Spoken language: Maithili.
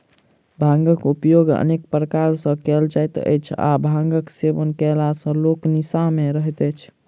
भांगक उपयोग अनेक प्रकार सॅ कयल जाइत अछि आ भांगक सेवन कयला सॅ लोक निसा मे रहैत अछि